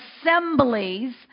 assemblies